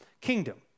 kingdom